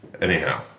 Anyhow